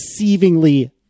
deceivingly